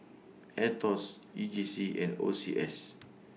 Aetos E J C and O C S